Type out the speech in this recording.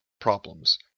problems